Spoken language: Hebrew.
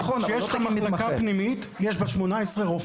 כשיש לך מחלקה פנימית ויש בה 18 רופאים,